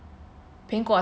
cause I saw already